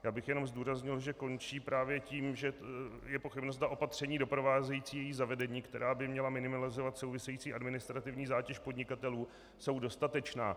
Já bych jenom zdůraznil, že končí právě tím, že je pochybnost, zda opatření doprovázející její zavedení, která by měla minimalizovat související administrativní zátěž podnikatelů, jsou dostatečná.